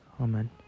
Amen